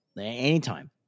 anytime